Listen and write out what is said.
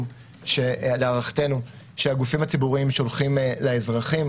להערכתנו שהגופים הציבוריים שולחים לאזרחים.